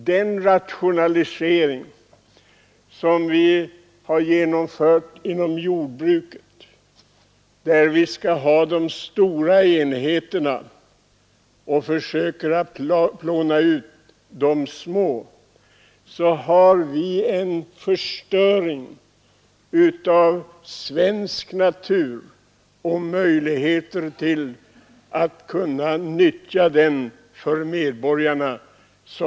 Den rationalisering som skett inom jordbruket — vi skall ha stora enheter och försöker plåna ut de små — har medfört en allvarlig förstöring av svensk natur och en minskning av möjligheterna att nyttja den för medborgarna.